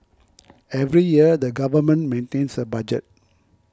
every year the government maintains a budget